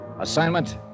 Assignment